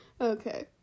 Okay